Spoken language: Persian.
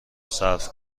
صرف